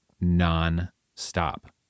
non-stop